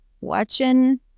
watching